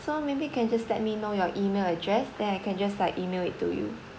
so maybe can just let me know your email address then I can just like email it to you